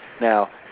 now